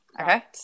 Okay